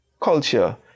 culture